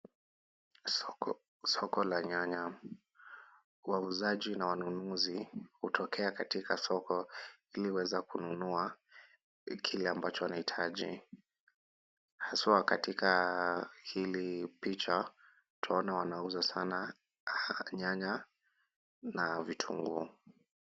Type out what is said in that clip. Soko la nyanya, wauzaji na wanunuzi hutokea katika soko ili kuweza kununua kile ambacho anahitaji haswa katika hili picha, twaona wanauza sana nyanya na vitunguu.